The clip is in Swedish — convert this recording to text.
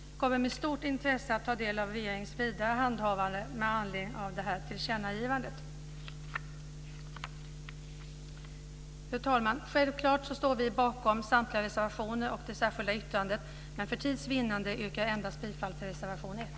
Jag kommer med stort intresse att ta del av regeringens vidare handhavanden med anledning av detta tillkännagivande. Fru talman! Självklart står vi bakom samtliga reservationer och det särskilda yttrandet, men för tids vinnande yrkar jag bifall endast till reservation 1.